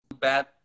bad